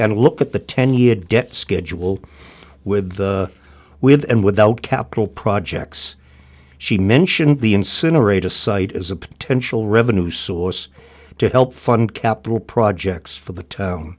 and look at the ten year debt schedule with the with and without capital projects she mentioned the incinerate a site as a potential revenue source to help fund capital projects for the town